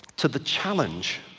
to the challenge,